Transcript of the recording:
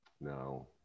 No